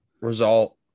result